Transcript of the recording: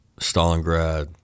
Stalingrad